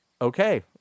Okay